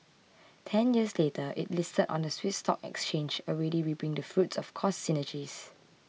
ten years later it listed on the Swiss stock exchange already reaping the fruits of cost synergies